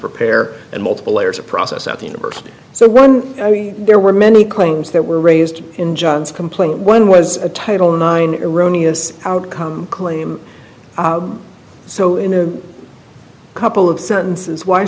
prepare and multiple layers of process at the university so when there were many claims that were raised in john's complaint one was a title nine iranians outcome claim so in a couple of sentences why